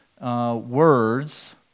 words